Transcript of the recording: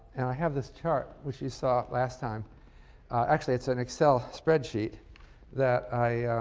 i have this chart, which you saw last time actually it's an excel spreadsheet that i